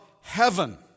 heaven